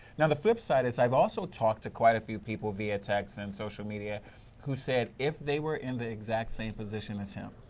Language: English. and the flip side is i have also talked to quite a few people via chat and social media who said if they were in the exact same position as him,